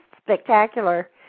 spectacular